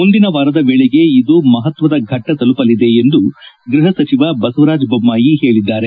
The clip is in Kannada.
ಮುಂದಿನ ವಾರದ ವೇಳೆಗೆ ಇದು ಮಹತ್ವದ ಘಟ್ಷ ತಲುಪಲಿದೆ ಎಂದು ಗ್ವಪಸಚಿವ ಬಸವರಾಜ ಬೊಮ್ನಾಯಿ ಹೇಳಿದ್ದಾರೆ